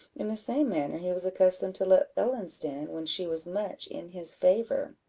in the same manner he was accustomed to let ellen stand, when she was much in his favour.